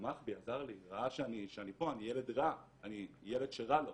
שתמך בי, עזר לי, ראה שאני פה, אני ילד שרע לו